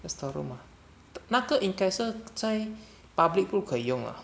在 store room ah 那个因该是在 public 不可以用 ah